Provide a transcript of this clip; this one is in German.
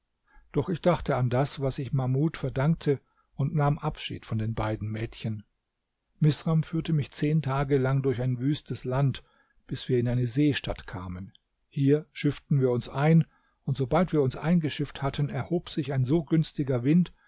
doch ich dachte an das was ich mahmud verdankte und nahm abschied von den beiden mädchen misram führte mich zehn tage lang durch ein wüstes land bis wir in eine seestadt kamen hier schifften wir uns ein und sobald wir uns eingeschifft hatten erhob sich ein so günstiger wind